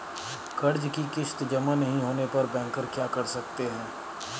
कर्ज कि किश्त जमा नहीं होने पर बैंकर क्या कर सकते हैं?